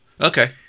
Okay